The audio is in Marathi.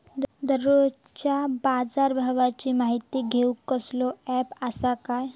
दररोजच्या बाजारभावाची माहिती घेऊक कसलो अँप आसा काय?